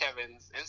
Kevin's